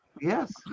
Yes